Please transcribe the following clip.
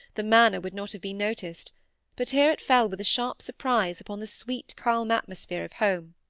the manner, would not have been noticed but here it fell with a sharp surprise upon the sweet, calm atmosphere of home.